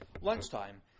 lunchtime